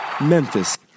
Memphis